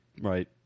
Right